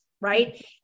right